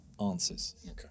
answers